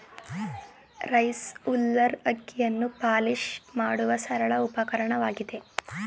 rice huller ಅಕ್ಕಿಯನ್ನು polish ಮಾಡುವ ಸರಳ ಉಪಕರಣವಾಗಿದೆ